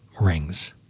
rings